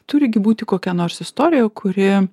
turi gi būti kokia nors istorija kuri